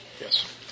Yes